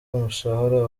umushahara